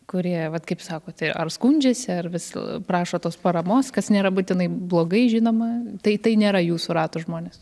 kurie vat kaip sakot tai ar skundžiasi ar vis prašo tos paramos kas nėra būtinai blogai žinoma tai tai nėra jūsų rato žmonės